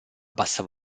bassa